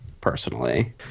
personally